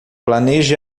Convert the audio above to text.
planeje